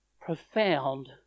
profound